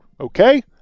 Okay